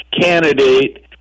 candidate